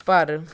ਪਰ